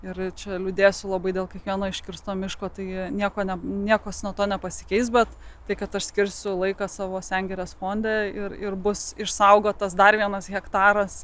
ir čia liūdėsiu labai dėl kiekvieno iškirsto miško taigi nieko ne niekas nuo to nepasikeis bet tai kad aš skirsiu laiką savo sengirės fondą ir ir bus išsaugotas dar vienas hektaras